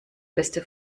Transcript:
beste